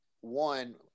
one –